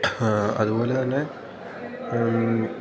അതുപോലെ തന്നെ